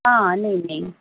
हां नेईं नेईं